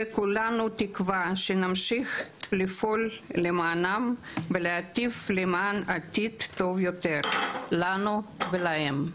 כולנו תקווה שנמשיך לפעול למענם ולהטיף למען עתיד טוב יותר לנו ולהם.